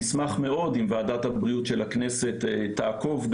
נשמח מאוד אם וועדת הבריאות של הכנסת תעקוב,